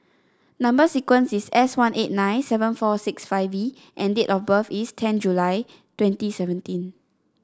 number sequence is S one eight nine seven four six five V and date of birth is ten July twenty seventeen